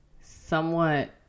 somewhat